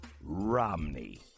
Romney